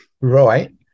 right